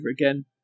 again